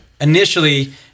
initially